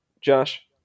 josh